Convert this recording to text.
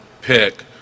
pick